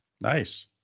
Nice